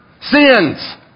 sins